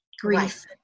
grief